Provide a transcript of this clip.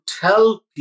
tell